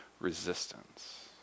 resistance